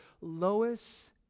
Lois